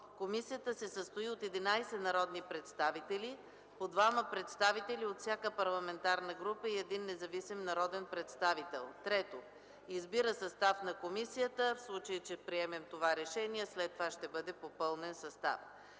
Комисията се състои от 11 народни представители – по двама представители от всяка парламентарна група и един независим народен представител. 3. Избира състав на комисията...” В случай че приемем това решение, след това ще бъде попълнен съставът.